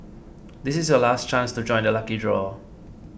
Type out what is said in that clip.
this is your last chance to join the lucky draw